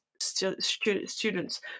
students